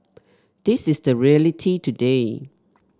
this is the reality today